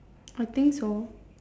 I think so